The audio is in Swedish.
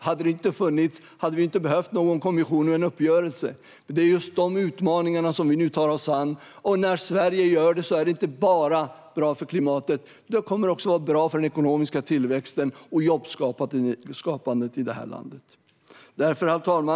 Hade de inte funnits hade vi inte behövt någon kommission eller någon uppgörelse. Det är just dessa utmaningar som vi nu tar oss an. Och när Sverige gör det är det bra inte bara för klimatet. Det kommer också att vara bra för den ekonomiska tillväxten och jobbskapandet i detta land. Herr talman!